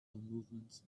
movement